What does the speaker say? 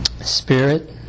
Spirit